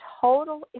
total